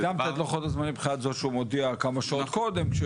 הקדמתם את לוחות הזמנים מבחינת זה שהוא מודיע כמה שעות קודם.